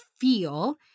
feel